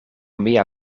mia